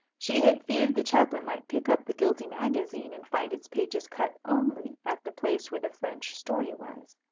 she had feared the chaplain might pick up the guilty magazine and find its pages cut only at the place where the french story was.